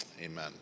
Amen